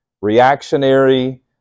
reactionary